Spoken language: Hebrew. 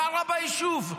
גרה ביישוב,